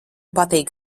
patīk